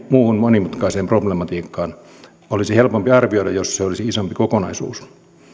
muuhun monimutkaiseen problematiikkaan olisi helpompi arvioida jos se olisi isompi kokonaisuus